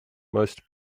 most